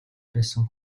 байсан